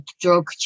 drug